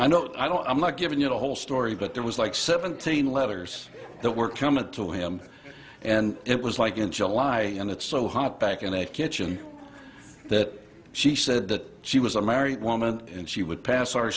know i don't i'm not giving you the whole story but there was like seventeen letters that were coming to him and it was like in july and it's so hot back in a kitchen that she said that she was a married woman and she would pass our